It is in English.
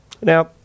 Now